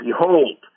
Behold